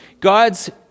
God's